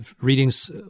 readings